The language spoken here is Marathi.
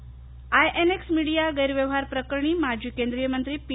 Chidambaram I N X media गैरव्यवहार प्रकरणी माजी केंद्रीय मंत्री पी